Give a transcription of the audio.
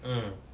mm